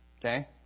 Okay